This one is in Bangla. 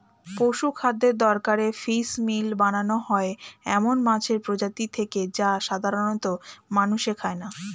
পশুখাদ্যের দরকারে ফিসমিল বানানো হয় এমন মাছের প্রজাতি থেকে যা সাধারনত মানুষে খায় না